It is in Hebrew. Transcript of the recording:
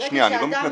ברגע שאדם,